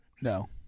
No